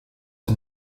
der